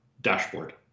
dashboard